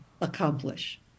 accomplish